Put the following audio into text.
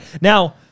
now